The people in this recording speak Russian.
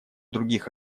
других